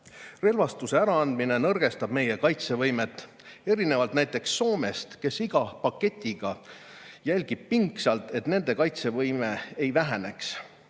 Relvastuse äraandmine nõrgestab meie kaitsevõimet, erinevalt näiteks Soomest, kes iga paketiga jälgib pingsalt, et nende kaitsevõime ei väheneks.